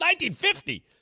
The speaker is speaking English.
1950